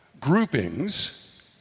groupings